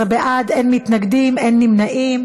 18 בעד, אין מתנגדים, אין נמנעים.